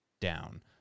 down